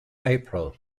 april